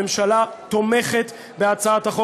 הממשלה תומכת בהצעת החוק.